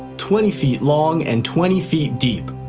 twenty feet long and twenty feet deep.